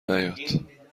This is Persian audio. نیاد